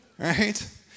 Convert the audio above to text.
Right